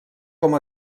com